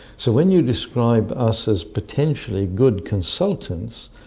so when you describe us as potentially good consultants,